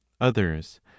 Others